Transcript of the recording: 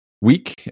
week